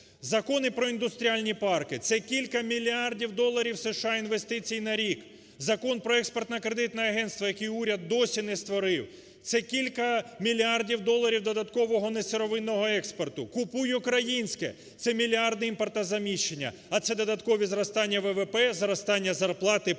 Закони про індустріальні парки – це кілька мільярдів доларів США інвестицій на рік. Закон про Експортно-кредитне агентство, яке уряд досі не створив. Це кілька мільярдів доларів додаткового несировинного експорту. "Купуй українське" – це мільярд імпортозаміщення. А це додаткові зростання ВВП, зростання зарплат і